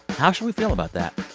how should we feel about that?